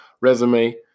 resume